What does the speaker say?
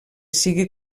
sigui